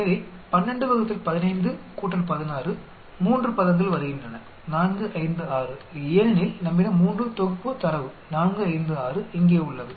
எனவே 12 ÷ 15 16 3 பதங்கள் வருகின்றன 4 5 6 ஏனெனில் நம்மிடம் 3 தொகுப்பு தரவு 4 5 6 இங்கே உள்ளது